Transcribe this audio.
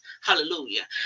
Hallelujah